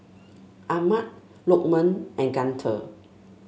Ahmad Lokman and Guntur